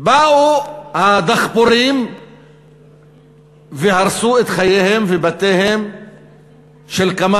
באו הדחפורים והרסו את חייהם ואת בתיהם של כמה